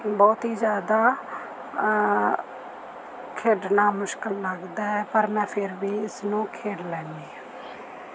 ਬਹੁਤ ਹੀ ਜ਼ਿਆਦਾ ਖੇਡਣਾ ਮੁਸ਼ਕਲ ਲੱਗਦਾ ਹੈ ਪਰ ਮੈਂ ਫਿਰ ਵੀ ਇਸਨੂੰ ਖੇਡ ਲੈਂਦੀ ਹਾਂ